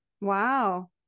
Wow